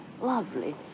lovely